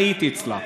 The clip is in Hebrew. אני הייתי אצלה.